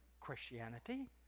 Christianity